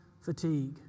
fatigue